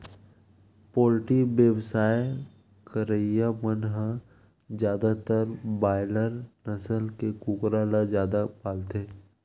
poultry बेवसाय करइया मन ह जादातर बायलर नसल के कुकरा ल जादा पालथे